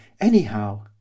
anyhow